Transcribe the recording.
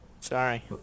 Sorry